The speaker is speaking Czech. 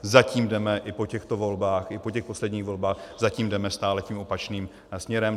Zatím jdeme i po těchto volbách, i po těch posledních volbách, zatím jdeme stále tím opačným směrem.